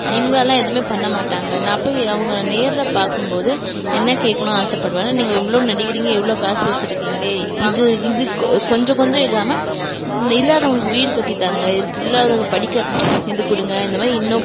இவங்களாம் எதுவுமே பண்ண மாட்டாங்க நான் போய் அவங்க நேரில் பார்க்கும்போது என்ன கேட்கணும் ஆசைபடுவேனா நீங்கள் இவ்வளோ நடிக்கிறீங்க இவ்வளோ காசு வச்சுருக்கிங்ளே இது இதுக்கு கொஞ்சம் கொஞ்சம் இல்லாமல் இல்லாதவங்களுக்கு வீடு கட்டி தாங்க இல்லாத படிக்க இது கொடுங்க இந்த மாதிரி இன்னும்